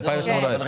מ-2018.